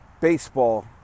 baseball